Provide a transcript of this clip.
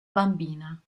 bambina